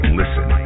listen